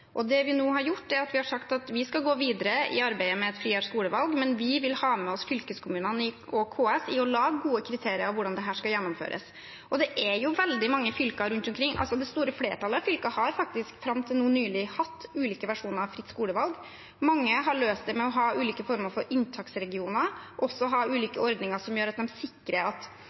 Det vi nå har gjort, er at vi har sagt at vi skal gå videre i arbeidet med et friere skolevalg, men vi vil ha med oss fylkeskommunene og KS i å lage gode kriterier for hvordan dette skal gjennomføres. Det er jo veldig mange fylker rundt omkring – det store flertallet av fylker, faktisk – som fram til nå nylig har hatt ulike versjoner av fritt skolevalg. Mange har løst det med å ha ulike former for inntaksregioner, og også ved å ha ulike ordninger som gjør at de sikrer at